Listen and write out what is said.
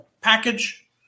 package